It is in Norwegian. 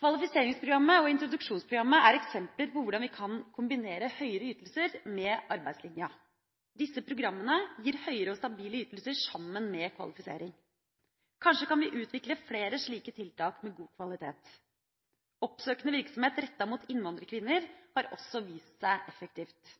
Kvalifiseringsprogrammet og introduksjonsprogrammet er eksempler på hvordan vi kan kombinere høyere ytelser med arbeidslinja. Disse programmene gir høyere og stabile ytelser sammen med kvalifisering. Kanskje kan vi utvikle flere slike tiltak med god kvalitet. Oppsøkende virksomhet rettet mot innvandrerkvinner har også vist seg effektivt.